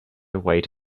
wait